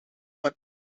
een